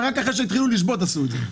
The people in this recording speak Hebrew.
ורק אחרי שהתחילו לשבות עשו את זה.